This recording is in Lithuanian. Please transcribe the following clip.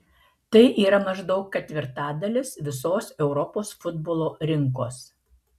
tai yra maždaug ketvirtadalis visos europos futbolo rinkos